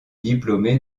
diplômé